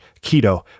keto